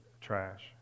trash